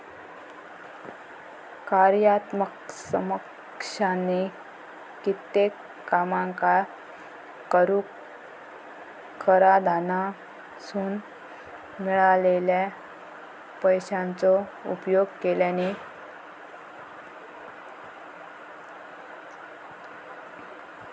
कार्यात्मक समकक्षानी कित्येक कामांका करूक कराधानासून मिळालेल्या पैशाचो उपयोग केल्यानी